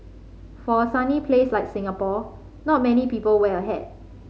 for a sunny place like Singapore not many people wear a hat